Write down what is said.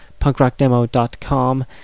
punkrockdemo.com